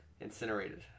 Incinerated